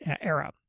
era